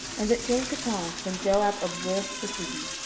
and it came to pass, when joab observed the city,